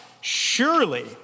surely